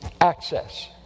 Access